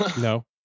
No